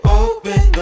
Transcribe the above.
open